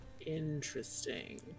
Interesting